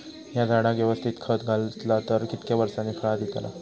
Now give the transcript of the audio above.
हया झाडाक यवस्तित खत घातला तर कितक्या वरसांनी फळा दीताला?